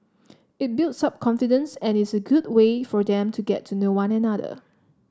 it builds up confidence and is a good way for them to get to know one another